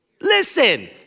listen